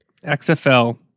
XFL